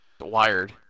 Wired